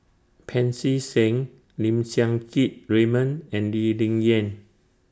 Pancy Seng Lim Siang Keat Raymond and Lee Ling Yen